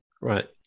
Right